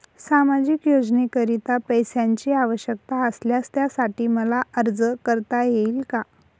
सामाजिक योजनेकरीता पैशांची आवश्यकता असल्यास त्यासाठी मला अर्ज करता येईल का?